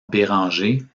bérenger